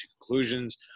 conclusions